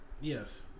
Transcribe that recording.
Yes